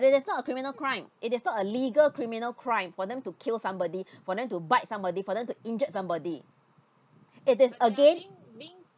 it is not a criminal crime it is not a legal criminal crime for them to kill somebody for them to bite somebody for them to injured somebody it is again